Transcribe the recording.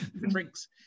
drinks